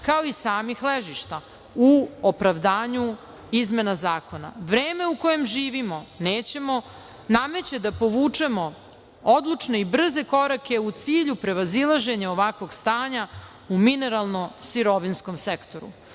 kao i samih ležišta, u opravdanju izmena zakona. Vreme u kojem živimo nameće da povučemo odlučne i brze korake u cilju prevazilaženja ovakvog stanja u mineralno sirovinskom sektoru.